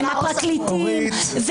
הם הפרקליטים,